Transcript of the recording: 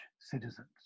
citizens